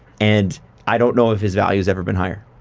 and i don't know if his value has ever been higher.